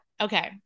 Okay